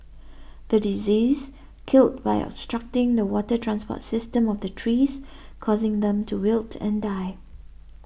the disease killed by obstructing the water transport system of the trees causing them to wilt and die